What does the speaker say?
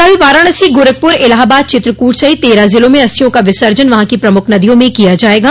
कल वाराणसी गोरखपुर इलाहाबाद चित्रकूट सहित तेरह ज़िलों में अस्थियों का विसर्जन वहां की प्रमुख नदियों में किया जायेगा